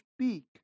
speak